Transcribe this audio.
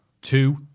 Two